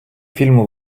фільму